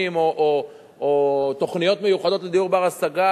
או תוכניות מיוחדות לדיור בר-השגה,